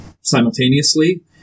simultaneously